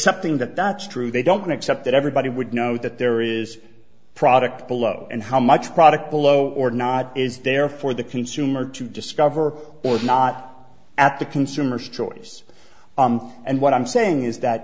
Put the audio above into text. except in that that's true they don't except that everybody would know that there is a product below and how much product below or not is there for the consumer to discover or not at the consumers choice and what i'm saying is that